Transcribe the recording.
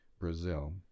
Brazil